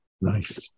Nice